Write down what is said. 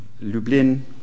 Lublin